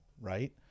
right